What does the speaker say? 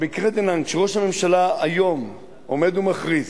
במקרה דנן, כשראש הממשלה עומד היום ומכריז